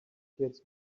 gets